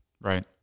Right